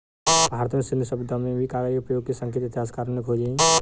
भारत में सिन्धु सभ्यता में भी कागज के प्रयोग के संकेत इतिहासकारों ने खोजे हैं